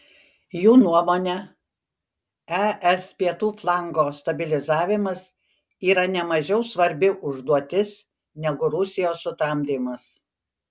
jų nuomone es pietų flango stabilizavimas yra nemažiau svarbi užduotis negu rusijos sutramdymas